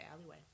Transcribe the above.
alleyway